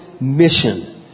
mission